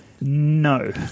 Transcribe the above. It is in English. No